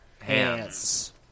Hands